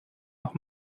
noch